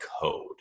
code